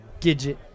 Gidget